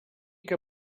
que